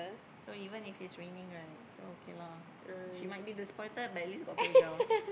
so even if it's raining right so okay lah she might be disappointed but at least got playground